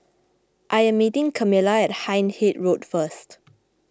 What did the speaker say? I am meeting Camila at Hindhede Road first